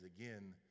again